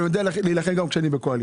אני יודע להילחם גם כשאני בקואליציה.